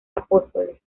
apóstoles